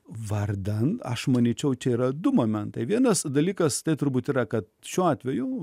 vardan aš manyčiau čia yra du momentai vienas dalykas tai turbūt yra kad šiuo atveju